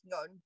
on